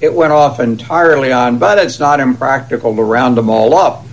it went off entirely on but it's not impractical round them all up